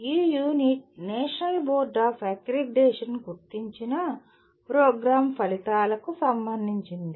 ఈ unit national board of accreditation గుర్తించిన programme ఫలితాలకు సంబంధించినది